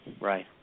Right